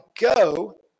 go